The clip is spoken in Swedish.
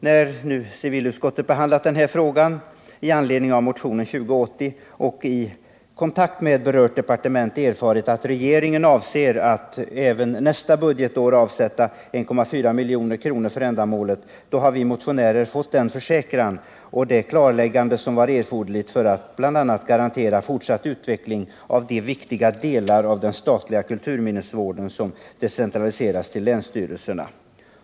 När nu civilutskottet har behandlat den här frågan med anledning av motionen 2080 och i kontakt med berört departement erfarit att regeringen avser att även nästa budgetår avsätta 1,4 milj.kr. för ändamålet, har vi motionärer fått den försäkran och det klarläggande som var erforderligt för att vi skall anse oss ha en garanti för en fortsatt utveckling av de viktiga delar av den statliga kulturminnesvården som decentraliserats till länsstyrelserna.